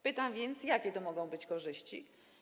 Pytam więc: Jakie to mogą być korzyści?